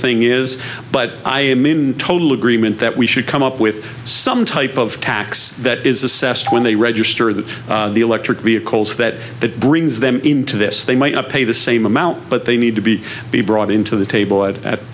thing is but i am in total agreement that we should come up with some type of tax that is assessed when they register the electric vehicles that that brings them into this they might not pay the same amount but they need to be be brought into the table at